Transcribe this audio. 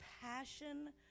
passion